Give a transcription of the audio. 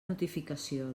notificació